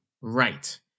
Right